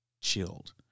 chilled